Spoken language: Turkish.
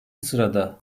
sırada